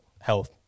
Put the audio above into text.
health